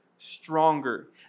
stronger